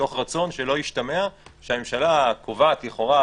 מתוך רצון שלא ישתמע שהממשלה קובעת לכאורה,